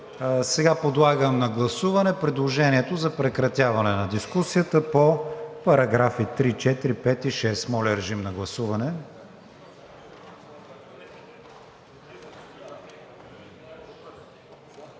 Подлагам на гласуване предложението за прекратяване на дискусията по параграфи 3, 4, 5 и 6. Гласували